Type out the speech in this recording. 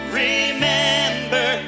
remember